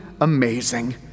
amazing